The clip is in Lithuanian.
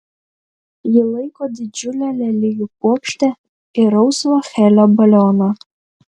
ji laiko didžiulę lelijų puokštę ir rausvą helio balioną